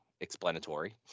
explanatory